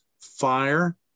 fire